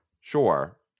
sure